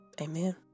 Amen